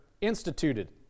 instituted